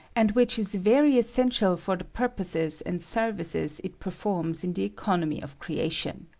and which is very essential for the purposes and services it performs in the economy of creation.